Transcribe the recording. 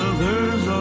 Others